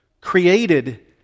Created